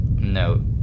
No